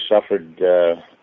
suffered